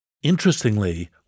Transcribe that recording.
Interestingly